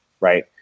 right